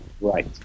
Right